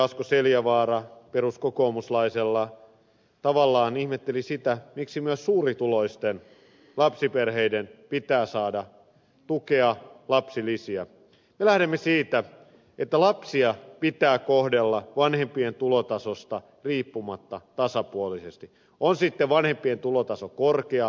asko seljavaara peruskokoomuslaisella tavallaan ihmetteli sitä miksi myös suurituloisten lapsiperheiden pitää saada tukea lapsilisiä että me lähdemme siitä että lapsia pitää kohdella vanhempien tulotasosta riippumatta tasapuolisesti on sitten vanhempien tulotaso korkea tai matala